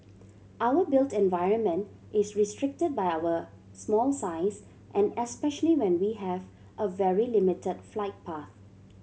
our built environment is restricted by our small size and especially when we have a very limited flight path